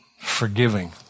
Forgiving